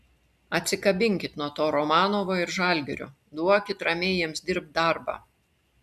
atsikabinkit nuo to romanovo ir žalgirio duokit ramiai jiems dirbt darbą